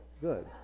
good